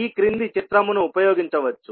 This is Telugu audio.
ఈ క్రింది చిత్రమును ఉపయోగించవచ్చు